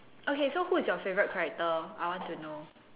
okay so who is your favourite character I want to know